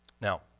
Now